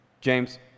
James